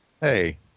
Hey